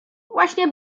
właśnie